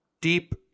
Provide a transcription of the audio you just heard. deep